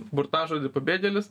burtažodį pabėgėlis